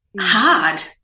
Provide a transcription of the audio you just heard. hard